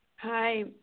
hi